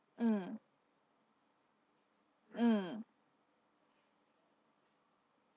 mm mm